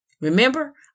Remember